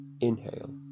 Inhale